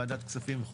ועדת כספים,